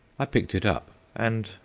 i picked it up, and,